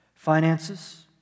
Finances